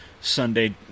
Sunday